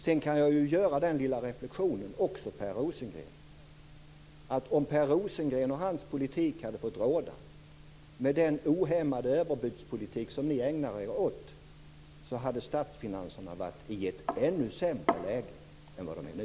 Jag kan också göra den lilla reflexionen, Per Rosengren, att om Per Rosengren och hans politik hade fått råda, med den ohämmade överbudspolitik som ni ägnar er åt, hade statsfinanserna varit i ett ännu sämre läge än de är nu.